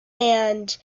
and